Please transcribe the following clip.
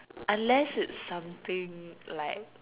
unless it's something like